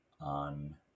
on